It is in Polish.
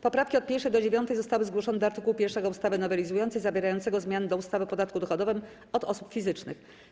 Poprawki od 1. do 9. zostały zgłoszone do art. 1 ustawy nowelizującej zawierającego zmiany do ustawy o podatku dochodowym od osób fizycznych.